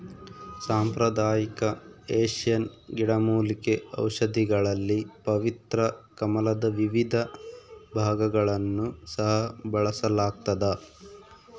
ಸಾಂಪ್ರದಾಯಿಕ ಏಷ್ಯನ್ ಗಿಡಮೂಲಿಕೆ ಔಷಧಿಗಳಲ್ಲಿ ಪವಿತ್ರ ಕಮಲದ ವಿವಿಧ ಭಾಗಗಳನ್ನು ಸಹ ಬಳಸಲಾಗ್ತದ